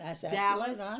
Dallas